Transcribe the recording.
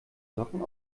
socken